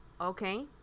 Okay